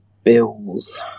Bills